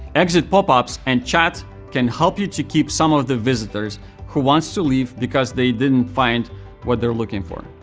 exit popups and chat can help you to keep some of the visitors who wants to leave because they didn't find what they were looking for.